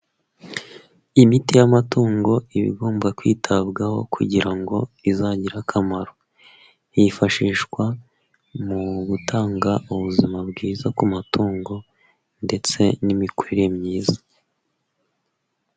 Imiti y'amatungo ibagomba kwitabwaho kugira ngo izagire akamaro. Yifashishwa mu gutanga ubuzima bwiza ku matungo ndetse n'imikurire myiza.